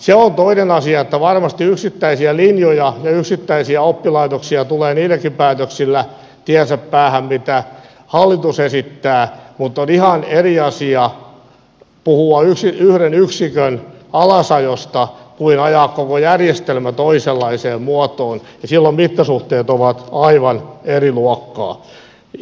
se on toinen asia että varmasti yksittäisiä linjoja ja yksittäisiä oppilaitoksia tulee niilläkin päätöksillä tiensä päähän mitä hallitus esittää mutta on ihan eri asia puhua yhden yksikön alasajosta kuin ajaa koko järjestelmä toisenlaiseen muotoon ja silloin mittasuhteet ovat aivan eri luokkaa